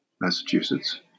Massachusetts